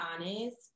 honest